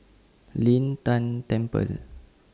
Lin Tan Temple